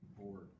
bored